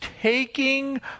taking